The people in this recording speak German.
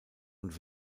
und